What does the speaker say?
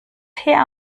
her